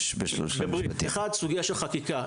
אחד, סוגיה של חקיקה.